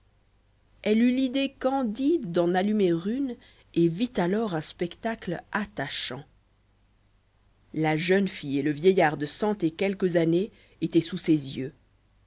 elle eut l'idée candide d'en allumer une et vit alors un spectacle attachant la jeune fille et le vieillard de cent et quelques années étaient sous ses yeux